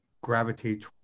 gravitate